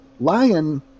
Lion